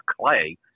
clay